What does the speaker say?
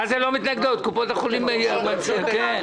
הן דורשות את זה.